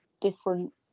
different